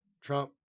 Trump